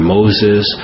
Moses